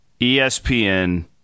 ESPN